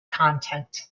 content